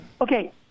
Okay